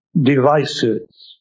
devices